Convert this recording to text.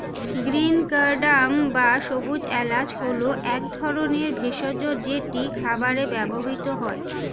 green cardamom বা সবুজ এলাচ হল এক ধরনের ভেষজ যেটি খাবারে ব্যবহৃত হয়